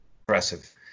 impressive